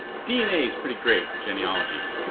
dna is pretty great for genealogy,